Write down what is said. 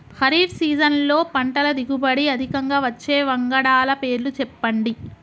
ఖరీఫ్ సీజన్లో పంటల దిగుబడి అధికంగా వచ్చే వంగడాల పేర్లు చెప్పండి?